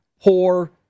poor